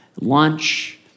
Lunch